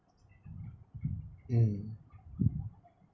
mm